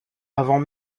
avant